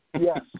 Yes